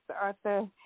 Arthur